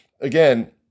again